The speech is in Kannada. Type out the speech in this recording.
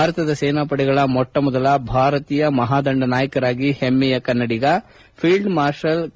ಭಾರತದ ಸೇನಾಪಡೆಗಳ ಮೊಟ್ಟ ಮೊದಲ ಭಾರತೀಯ ಮಹಾ ದಂಡ ನಾಯಕರಾಗಿ ಹೆಮ್ಮೆಯ ಕನ್ನಡಿಗ ಫೀಲ್ಡ್ ಮಾರ್ಷಲ್ ಕೆ